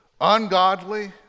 ungodly